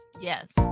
Yes